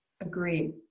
Agreed